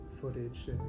footage